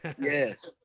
Yes